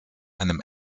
einem